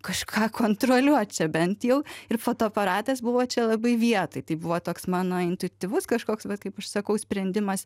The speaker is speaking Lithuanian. kažką kontroliuot čia bent jau ir fotoaparatas buvo čia labai vietoj tai buvo toks mano intuityvus kažkoks vat kaip aš sakau sprendimas